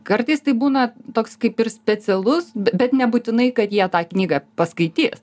kartais tai būna toks kaip ir specialus bet nebūtinai kad jie tą knygą paskaitys